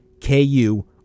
KU